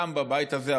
גם בבית הזה,